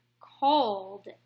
cold